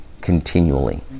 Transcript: continually